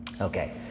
okay